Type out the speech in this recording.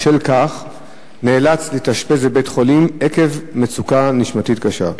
הוא נאלץ בשל כך להתאשפז בבית-חולים עקב מצוקה נשימתית קשה.